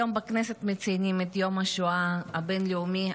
היום בכנסת מציינים את יום השואה הבין-לאומי,